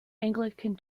anglican